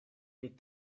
est